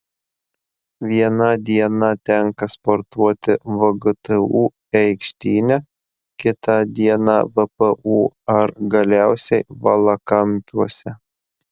vieną dieną tenka sportuoti vgtu aikštyne kita dieną vpu ar galiausiai valakampiuose